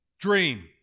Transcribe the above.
Dream